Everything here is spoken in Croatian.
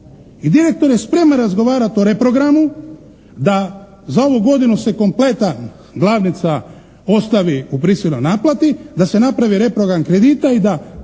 I direktor je spreman razgovarati o reprogramu, da za ovu godinu se kompletna glavnica ostavi u prisilnoj naplati, da se napravi reprogram kredita i da